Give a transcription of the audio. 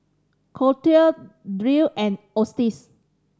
Colette Derl and Otis